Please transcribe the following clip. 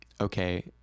okay